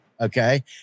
Okay